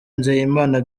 nizeyimana